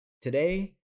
today